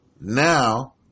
Now